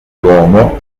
l’uomo